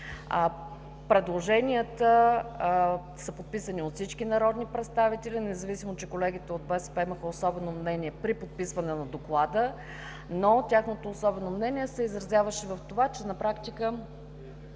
Предложенията са подписани от всички народни представители независимо, че колегите от БСП имаха особено мнение при подписване на доклада, но тяхното особено мнение се изразяваше в това, че на практика